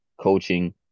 coaching